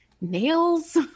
nails